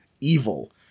evil